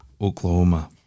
Oklahoma